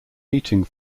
meeting